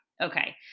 Okay